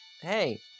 Hey